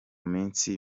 minsi